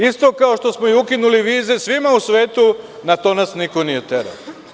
Isto kao i što smo ukinuli vize svima u svetu, na to nas niko nije terao.